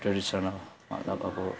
traditional मतलब अब